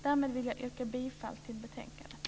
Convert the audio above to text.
Därmed vill jag yrka bifall till förslaget i betänkandet.